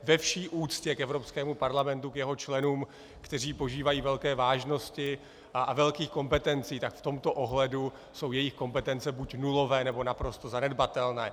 Ve vší úctě k Evropskému parlamentu, k jeho členům, kteří požívají velké vážnosti a velkých kompetencí, tak v tomto ohledu jsou jejich kompetence buď nulové, nebo naprosto zanedbatelné.